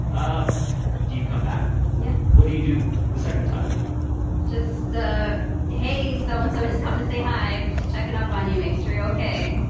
um do you come back. yeah. what do you do the second time just. hey so and so just come to say hi. just checking up on you make sure you okay.